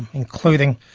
including,